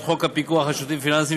את הצעת חוק הפיקוח על שירותים פיננסיים,